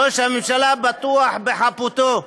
ראש הממשלה בטוח בחפותו.